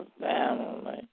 family